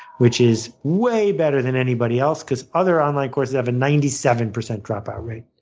which is way better than anybody else because other online courses have a ninety seven percent dropout rate.